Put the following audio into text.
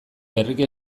berriki